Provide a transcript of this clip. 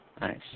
Nice